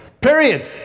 Period